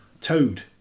toad